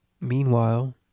Meanwhile